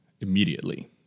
immediately